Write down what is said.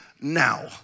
now